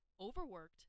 overworked